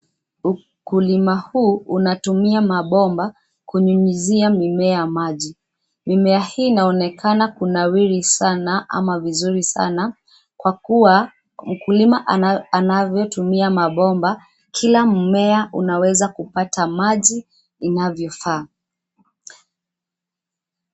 Ukulima huu unatumia mambomba kunyunyizia, mimea maji mimea hii inaonekana kunawiri sana ama vizuri sana kwa kuwa mkulima anavyotumia mabomba kila mumea unaweza kupata maji inavyofaa.